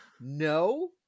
no